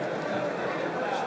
בבקשה.